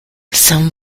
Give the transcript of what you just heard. some